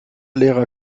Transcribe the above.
lehrer